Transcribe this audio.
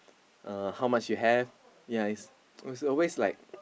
uh how much you have ya is is always like